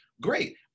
great